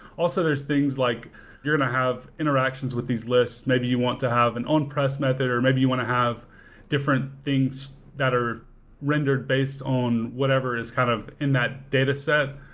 also, there's things like you're going to have interactions with these lists, maybe you want to have an on-press method or maybe you want to have different things that are rendered based on whatever is kind of in that dataset.